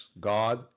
God